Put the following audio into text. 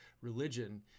religion